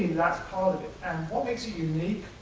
that's part of it, and what makes it unique?